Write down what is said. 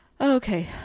Okay